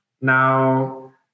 Now